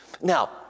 Now